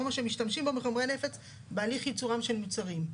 או שמשתמשים בו בחומרי נפץ בהליך ייצורם של מוצרים.